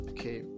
Okay